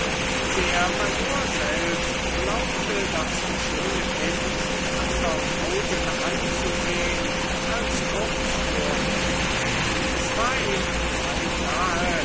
der major selbst glaubte das schöne kind mit andern augen anzusehn als kurz vorher es war ihm beinahe